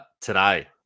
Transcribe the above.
today